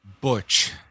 Butch